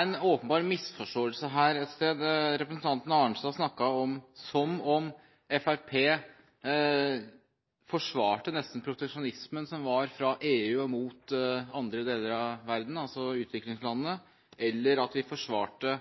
en åpenbar misforståelse her et sted. Representanten Arnstad snakket som om Fremskrittspartiet nesten forsvarer proteksjonismen fra EU mot andre deler av verden, altså utviklingslandene, eller at vi forsvarer det